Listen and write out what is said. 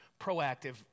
proactive